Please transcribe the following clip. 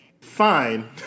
fine